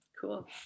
Cool